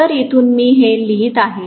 तर इथून मी हे लिहित आहे